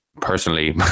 personally